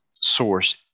source